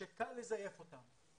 שקל לזייף אותן.